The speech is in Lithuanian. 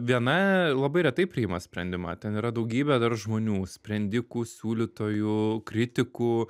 viena labai retai priima sprendimą ten yra daugybė dar žmonių sprendikų siūlytojų kritikų